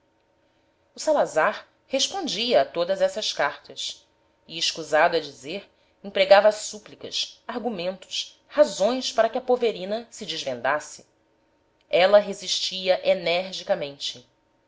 enganemos o salazar respondia a todas essas cartas e escusado é dizer empregava súplicas argumentos razões para que a poverina se desvendasse ela resistia energicamente